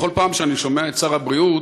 בכל פעם שאני שומע את שר הבריאות